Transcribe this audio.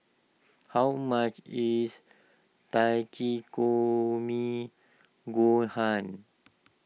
how much is Takikomi Gohan